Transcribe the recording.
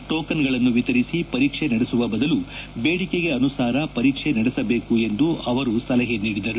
ಟೋಕನ್ಗಳನ್ನು ವಿತರಿಸಿ ಪರೀಕ್ಷೆ ನಡೆಸುವ ಬದಲು ಬೇಡಿಕೆಗೆ ಅನುಸಾರ ಪರೀಕ್ಷೆ ನಡೆಸಬೇಕು ಎಂದು ಅವರು ಸಲಹೆ ಮಾಡಿದರು